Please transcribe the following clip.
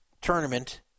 tournament